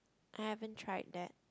I haven't try that